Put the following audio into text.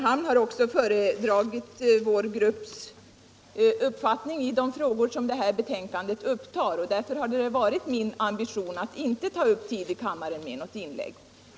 Han har också föredragit vår grupps uppfattning i de frågor som det här betänkandet upptar. Därför hade det varit min ambition att inte ta upp tid i kammaren med något inlägg.